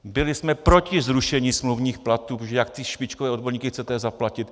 Byli jsme proti zrušení smluvních platů, protože jak ty špičkové odborníky chcete zaplatit?